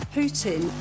Putin